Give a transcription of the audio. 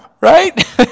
right